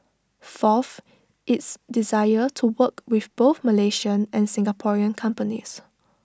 fourth its desire to work with both Malaysian and Singaporean companies